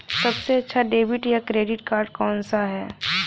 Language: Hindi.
सबसे अच्छा डेबिट या क्रेडिट कार्ड कौन सा है?